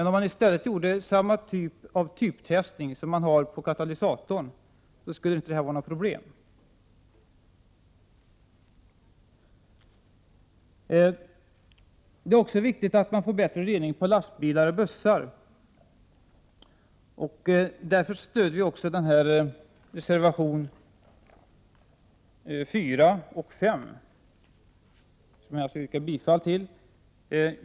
Om man i stället gjorde samma slags typtest som på katalysatorn, skulle det inte vara något problem. Det är också viktigt att reningen av lastbilar och bussar blir bättre. Därför stöder vi även reservationerna 4 och 5, som jag alltså yrkar bifall till.